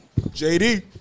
JD